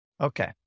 Okay